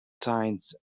science